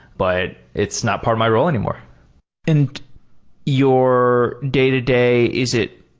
but it's not part of my role anymore and your day-to-day, is it